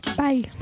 Bye